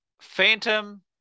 Phantom